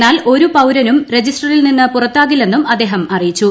എന്നാൽഒരു പൌരനും രജിസ്റ്ററിൽ നിന്ന് പുറത്താകില്ലെന്നും അദ്ദേഹം അറിയിച്ചു